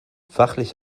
fachlich